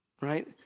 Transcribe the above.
right